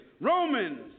Romans